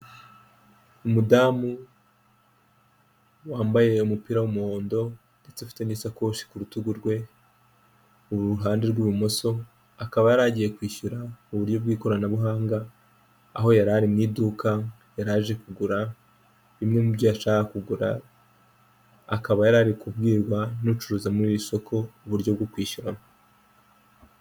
Umudamu wambaye umupira w'umuhondo ndetse afite n'isakoshi ku rutugu rwe, uruhande rw'ibumoso, akaba yari agiye kwishyura mu buryo bw'ikoranabuhanga, aho yari ari mu iduka yaraje kugura bimwe mu byo ashaka kugura, akaba yari kubwirwa n'ucuruza muri iri soko, uburyo bwo kwishyuramo.